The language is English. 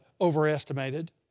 overestimated